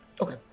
Okay